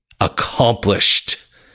Accomplished